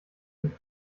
mit